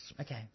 Okay